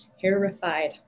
terrified